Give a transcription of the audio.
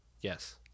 Yes